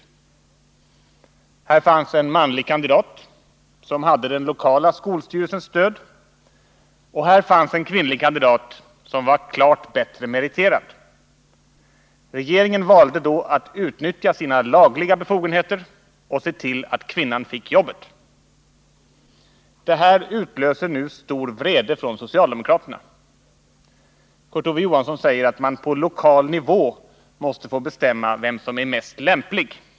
Det fanns en manlig kandidat som hade den lokala skolstyrelsens stöd, och det fanns en kvinnlig kandidat som var klart bättre meriterad. Regeringen valde då att utnyttja sina lagliga befogenheter att se till att kvinnan fick jobbet. Detta utlöser nu stor vrede hos socialdemokraterna. Kurt Ove Johansson säger att man på lokal nivå måste få bestämma vem som är mest lämplig.